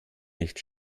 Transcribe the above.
nicht